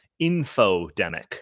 infodemic